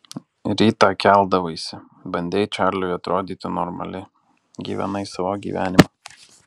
rytą keldavaisi bandei čarliui atrodyti normali gyvenai savo gyvenimą